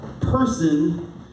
person